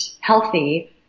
healthy